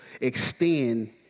extend